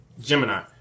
Gemini